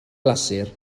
glasur